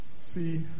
see